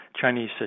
Chinese